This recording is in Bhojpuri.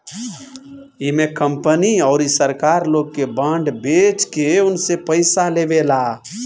इमे कंपनी अउरी सरकार लोग के बांड बेच के उनसे पईसा लेवेला